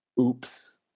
Oops